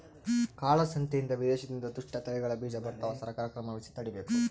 ಕಾಳ ಸಂತೆಯಿಂದ ವಿದೇಶದಿಂದ ದುಷ್ಟ ತಳಿಗಳ ಬೀಜ ಬರ್ತವ ಸರ್ಕಾರ ಕ್ರಮವಹಿಸಿ ತಡೀಬೇಕು